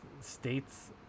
states